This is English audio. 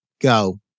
go